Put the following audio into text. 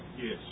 Yes